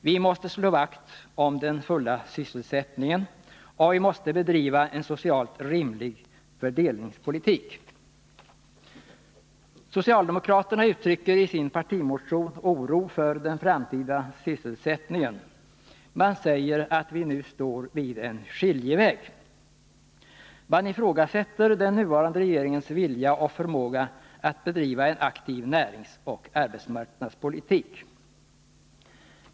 Vi måste slå vakt om den fulla sysselsättningen, och vi måste driva en socialt rimlig fördelningspolitik. Socialdemokraterna uttrycker i sin partimotion oro för den framtida sysselsättningen. Man säger att vi nu står vid en skiljeväg. Man ifrågasätter den nuvarande regeringens vilja och förmåga att bedriva en aktiv näringsoch arbetsmarknadspolitik.